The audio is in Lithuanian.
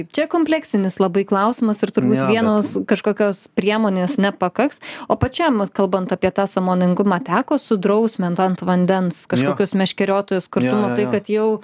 čia kompleksinis labai klausimas ir turbūt vienos kažkokios priemonės nepakaks o pačiam kalbant apie tą sąmoningumą teko sudrausmint ant vandens kažkokius meškeriotojus kur tu matai kad jau